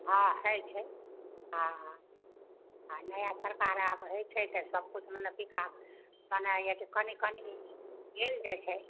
हँ हय छै हँ हँ नया सरकार आब हय छै तऽ सब किछु मने बिकास मने जे कनी कनी भेल जाय छै